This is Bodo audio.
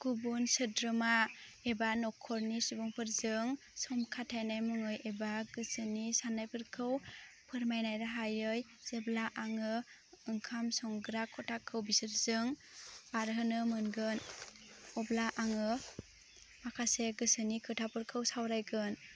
गुबुन सोद्रोमा एबा न'खरनि सुबुंफोरजों सम खाथाय मुङै एबा गोसोनि साननायफोरखौ फोरमायनाय राहायै जेब्ला आङो ओंखाम संग्रा खथाखौ बिसोरजों बारहोनो मोनगोन अब्ला आङो माखासे गोसोनि खोथाफोरखौ सावरायगोन